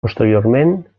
posteriorment